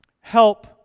Help